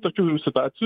tokių situacijų